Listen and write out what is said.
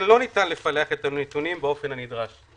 לא ניתן לפלח את הנתונים באופן הנדרש.